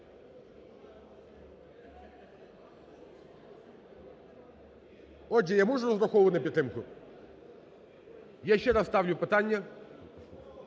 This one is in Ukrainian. Отже, я можу розраховувати на підтримку? Я ще раз ставлю питання,